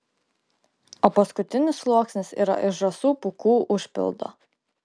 o paskutinis sluoksnis yra iš žąsų pūkų užpildo